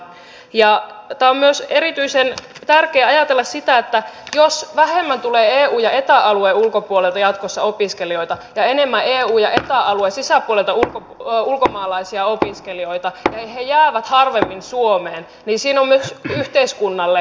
on myös erityisen tärkeää ajatella sitä että jos vähemmän tulee eu ja eta alueen ulkopuolelta jatkossa opiskelijoita ja enemmän eu ja eta alueen sisäpuolelta ulkomaalaisia opiskelijoita ja he jäävät harvemmin suomeen niin siinä on myös yhteiskunnalle sitten isommat